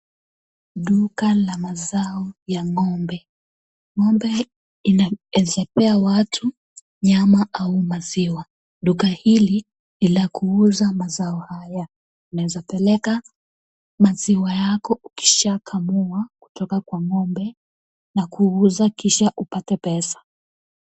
Duka la mazao ya ngombe . Ngombe inaweza pea watu nyama au maziwa. Duka hili ni la kuuza mazao haya . Unaweza peleka maziwa yako ukishakamua kutoka kwa ngombe na kuuza kisha upate pesa.